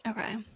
Okay